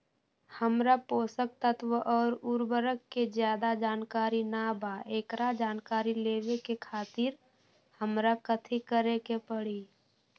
हमरा पोषक तत्व और उर्वरक के ज्यादा जानकारी ना बा एकरा जानकारी लेवे के खातिर हमरा कथी करे के पड़ी?